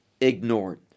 ignored